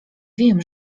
wiem